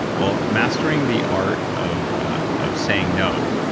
well, mastering the art of of saying no,